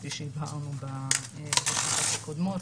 כפי שהבהרנו בישיבות הקודמות.